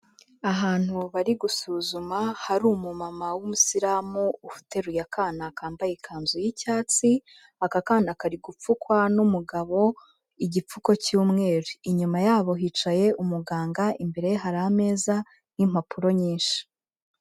Ahantu bari gusuzuma hari umumama w'umusilamu uteruye akana kambaye ikanzu y'icyatsi, aka kana kari gupfukwa n'umugabo igipfuko cy'umweru. Inyuma yabo hicaye umuganga, imbere ye hari ameza n'impapuro nyinshi.